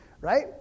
right